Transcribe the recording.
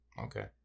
okay